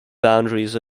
boundaries